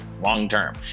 long-term